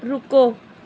ਰੁਕੋ